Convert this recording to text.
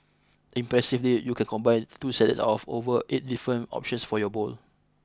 impressively you can combine two salads of of over eight different options for your bowl